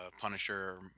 Punisher